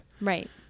Right